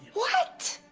what?